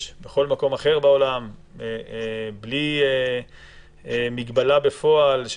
בכל מקום אחר בעולם בלי מגבלה בפועל,